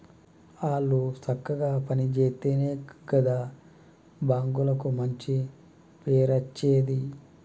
ఆళ్లు సక్కగ పని జేత్తెనే గదా బాంకులకు మంచి పేరచ్చేది